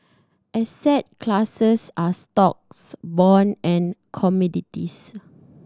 asset classes are stocks bonds and commodities